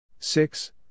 Six